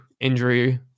injury